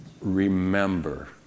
Remember